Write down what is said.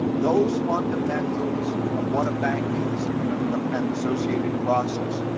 those fundamentals of what a bank is, and and the and associated process,